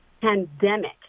pandemic